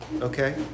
Okay